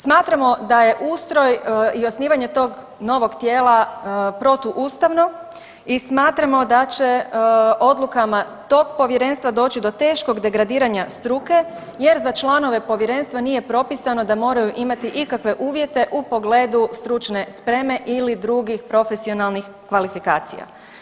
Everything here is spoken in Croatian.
Smatramo da je ustroj i osnivanje tog novog tijela protuustavno i smatramo da će odlukama tog povjerenstva doći do teškog degradiranja struke jer za članove povjerenstva nije propisano da moraju imati ikakve uvjete u pogledu stručne spreme ili drugih profesionalnih kvalifikacija.